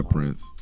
Prince